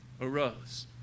arose